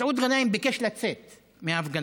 מסעוד גנאים ביקש לצאת מההפגנה.